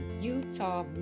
Utah